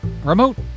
Remote